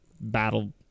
battle